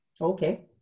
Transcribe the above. Okay